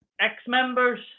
ex-members